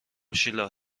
شیلا